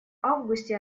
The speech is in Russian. августе